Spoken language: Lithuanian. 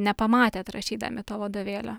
ne nepamatėt rašydami tą vadovėlį